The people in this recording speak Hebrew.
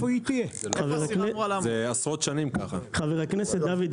אבל חבר הכנסת דוד,